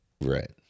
Right